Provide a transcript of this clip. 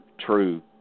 true